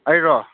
ꯑꯩꯔꯣ